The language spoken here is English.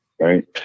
right